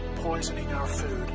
poisoning our food,